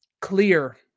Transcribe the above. clear